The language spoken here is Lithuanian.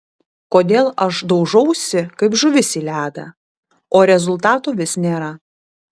kodėl aš daužausi kaip žuvis į ledą o rezultato vis nėra